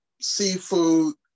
seafood